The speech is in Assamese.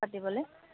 পাতিবলৈ